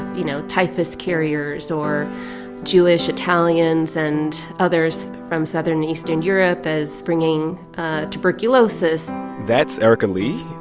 you know, typhus carriers or jewish italians and others from southern, eastern europe as bringing tuberculosis that's erika lee.